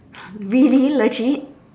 really legit